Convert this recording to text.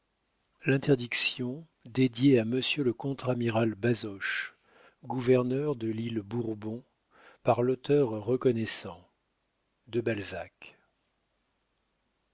l'interdiction dédié a monsieur le contre amiral bazoche gouverneur de l'île bourbon par l'auteur reconnaissant de balzac